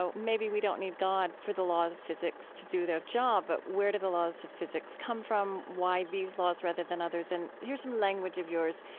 so maybe we don't need god for the laws of physics to do their job, but where do the laws of physics come from? why these laws rather than others? and here's some language of yours.